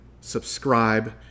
subscribe